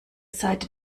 seite